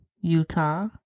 Utah